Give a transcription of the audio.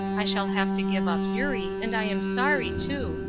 i shall have to give up eurie, and i am sorry too,